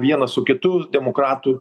vienas su kitu demokratų